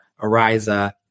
Ariza